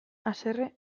haserre